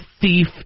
thief